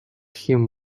him